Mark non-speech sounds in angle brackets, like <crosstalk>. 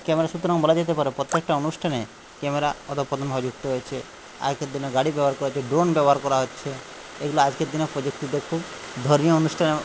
camera সুতরাং বলা যেতে পারে প্রত্যেকটা অনুষ্ঠানে ক্যামেরা <unintelligible> যুক্ত হয়েছে আজকের দিনে গাড়ি ব্যবহার করা <unintelligible> ড্রোন ব্যবহার করা হচ্ছে এগুলো আজকের দিনে প্রযুক্তি <unintelligible> ধর্মীয় অনুষ্ঠানে